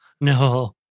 No